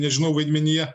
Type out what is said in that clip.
nežinau vaidmenyje